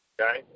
Okay